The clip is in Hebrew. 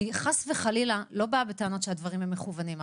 אני חס וחלילה לא באה בטענות שהדברים הם מכוונים.